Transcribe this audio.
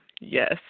Yes